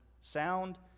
sound